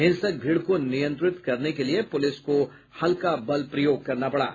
हिंसक भीड़ को नियंत्रित करने के लिए पुलिस को हल्का बल प्रयोग करना पड़ा